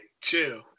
Chill